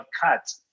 cut